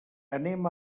anem